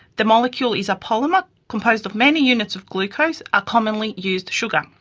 the molecule is a polymer composed of many units of glucose, a commonly used sugar.